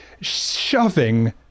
shoving